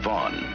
Vaughn